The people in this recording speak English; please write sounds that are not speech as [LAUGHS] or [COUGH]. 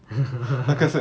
[LAUGHS]